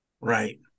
Right